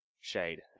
Shade